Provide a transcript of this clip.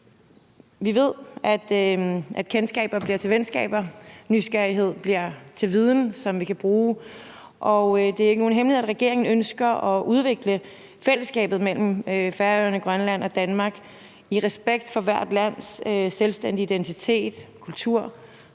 Vi ved, at kendskaber bliver til venskaber. Nysgerrighed bliver til viden, som vi kan bruge, og det er ikke nogen hemmelighed, at regeringen ønsker at udvikle fællesskabet mellem Færøerne, Grønland og Danmark i respekt for hvert lands selvstændige identitet, kultur, sprog